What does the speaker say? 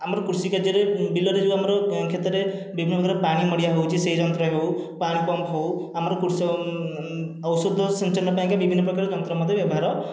ଆମର କୃଷି କାର୍ଯ୍ୟରେ ବିଲରେ ଯେଉଁ ଆମର କ୍ଷେତରେ ବିଭିନ୍ନ ପ୍ରକାର ପାଣି ମଡ଼ିଆ ହେଉଛି ସେହି ଯନ୍ତ୍ର ହେଉ ପାୱାର ପମ୍ପ ହେଉ ଆମର କୃଷକ ଔଷଧ ସିଞ୍ଚନ ପାଇଁକା ବିଭିନ୍ନ ପ୍ରକାର ଯନ୍ତ୍ର ମଧ୍ୟ ବ୍ୟବହାର